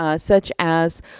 ah such as,